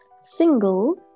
single